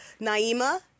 Naima